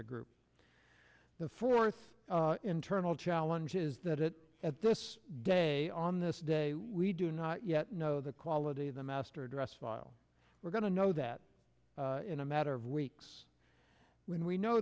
the group the fourth internal challenge is that it at this day on this day we do not yet know the quality of the master address file we're going to know that in a matter of weeks when we know